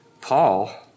Paul